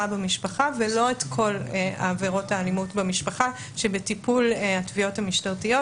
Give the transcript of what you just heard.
במשפחה ולא את כל עבירות האלימות במשפחה שבטיפול התביעות המשטרתיות.